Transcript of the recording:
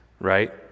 right